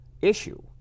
issue